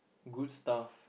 good stuff